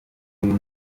uyu